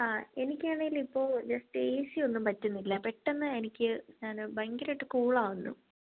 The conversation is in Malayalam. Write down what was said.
ആ എനിക്കാണേലിപ്പോൾ ജസ്റ്റ് എ സി ഒന്നും പറ്റുന്നില്ല പെട്ടന്ന് എനിക്ക് ഞാൻ ഭയങ്കരമായിട്ട് കൂളാവുന്നു